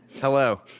hello